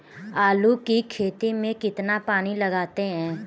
आलू की खेती में कितना पानी लगाते हैं?